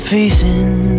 facing